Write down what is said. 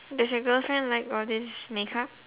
does your girlfriend like all this makeup